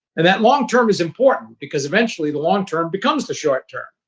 and that long-term is important because, eventually, the long-term becomes the short-term.